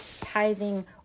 tithing